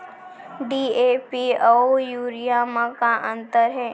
DAP अऊ urea म का अंतर हे?